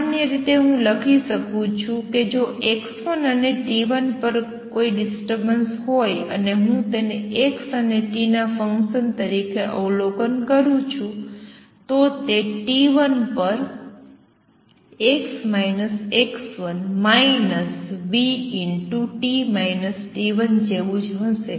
સામાન્ય રીતે હું લખી શકું છું કે જો x1 અને t1 પર કોઈ ડિસ્ટર્બન્સ હોય અને હું તેને x અને t ના ફંક્શન તરીકે અવલોકન કરું છું તો તે t1 પર v જેવું જ હશે